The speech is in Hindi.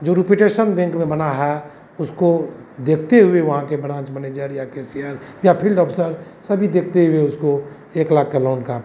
जो रुपिटेसन बेंक में बना है उसको देखते हुए वहाँ के ब्रांच मनेजर या केसियर या फील्ड अफसर सभी देखते हुए उसको एक लाख का लोन का